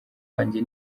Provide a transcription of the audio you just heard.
wanjye